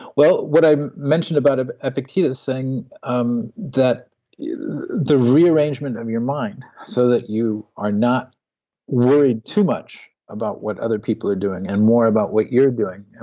well, what i mentioned about ah epictetus saying um that the the rearrangement of your mind, so that you are not worried too much about what other people are doing, and more about what you're doing,